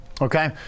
okay